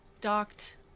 docked